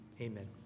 Amen